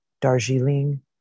Darjeeling